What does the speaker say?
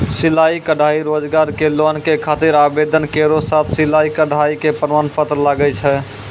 सिलाई कढ़ाई रोजगार के लोन के खातिर आवेदन केरो साथ सिलाई कढ़ाई के प्रमाण पत्र लागै छै?